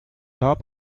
top